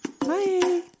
Bye